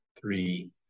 three